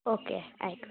okay ആയിക്കോട്ടെ